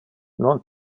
non